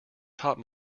taught